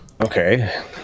Okay